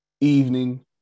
evening